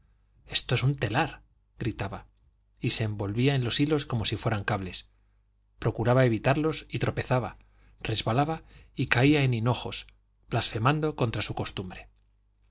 esto es un telar gritaba y se envolvía en los hilos como si fueran cables procuraba evitarlos y tropezaba resbalaba y caía de hinojos blasfemando contra su costumbre